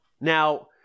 Now